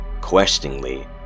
questioningly